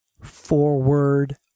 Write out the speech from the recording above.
forward